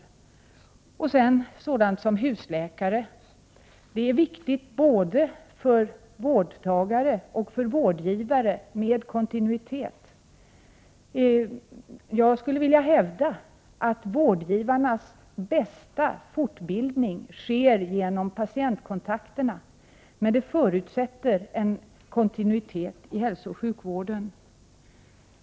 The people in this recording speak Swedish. Vidare kan nämnas husläkarna. Det är viktigt för både vårdtagare och vårdgivare att det finns en kontinuitet. Jag skulle vilja hävda att vårdgivarna får den bästa fortbildningen genom sina patientkontakter. Men det förutsätter att det finns en kontinuitet i hälsooch sjukvården.